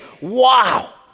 Wow